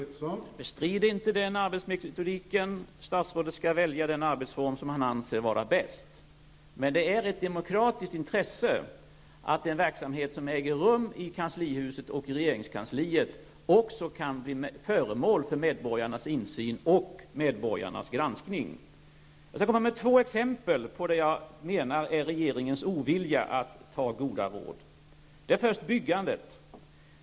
Herr talman! Jag bestrider inte den arbetsmetoden; statsrådet skall välja den arbetsform han anser vara bäst. Men det är ett demokratiskt intresse att den verksamhet som äger rum i kanslihuset och i regeringskansliet också kan bli föremål för medborgarnas insyn och granskning. Jag skall ge två exempel på det som jag menar är regeringens ovilja att ta emot goda råd. Det första exemplet gäller byggandet.